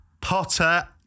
Potter